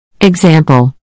Example